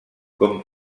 com